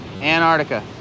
Antarctica